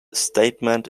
statement